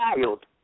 child